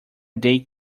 day